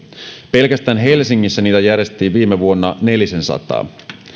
pelkästään helsingissä niitä järjestettiin viime vuonna nelisensataa